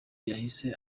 yahise